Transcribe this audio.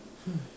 hi